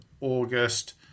August